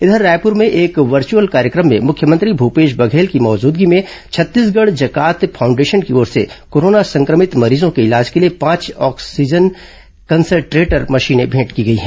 इधर रायपुर में एक वचुर्अल कार्यक्रम में मुख्यमंत्री भूपेश बघेल की मौजूदगी में छत्तीसगढ़ जकात फाउंडेशन की ओर से कोरोना संक्रमित मरीजों के इलाज के लिए पांच ऑक्सीजन कंसंद्रेटर मशीने भेंट की गई हैं